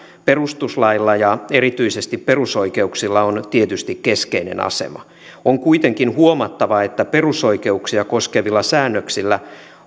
perustuslailla ja erityisesti perusoikeuksilla on tietysti keskeinen asema on kuitenkin huomattava että perusoikeuksia koskevilla säännöksillä